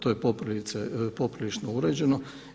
To je poprilično uređeno.